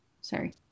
sorry